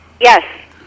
Yes